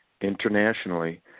internationally